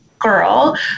girl